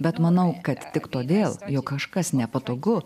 bet manau kad tik todėl jog kažkas nepatogu